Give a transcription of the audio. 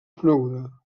coneguda